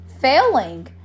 failing